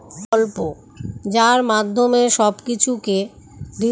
digital India Bharat সরকারের এক ধরণের প্রকল্প যার মাধ্যমে সব কিছুকে ডিজিটালাইসড করা হয়